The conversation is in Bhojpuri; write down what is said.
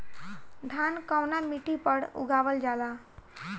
धान कवना मिट्टी पर उगावल जाला?